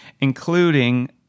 including